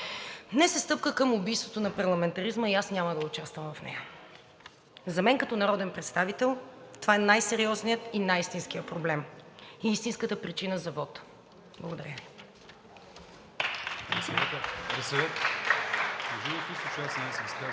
Днес е стъпка към убийството на парламентаризма и аз няма да участвам в нея. За мен като народен представител това е най-сериозният и най-истинският проблем и истинската причина за вота. Благодаря.